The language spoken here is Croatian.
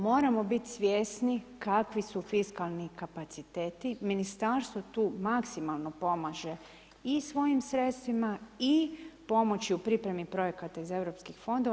Moramo biti svjesni kakvi su fiskalni kapaciteti, ministarstvo tu maksimalno pomaže i svojim sredstvima i pomoći u pripremi projekata iz europskih fondova.